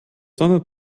sonne